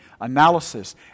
analysis